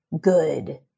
good